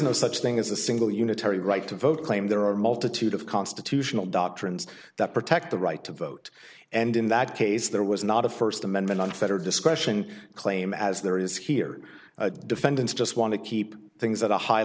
no such thing as a single unitary right to vote claim there are a multitude of constitutional doctrines that protect the right to vote and in that case there was not a first amendment unfettered discretion claim as there is here defendants just want to keep things at a high